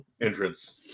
entrance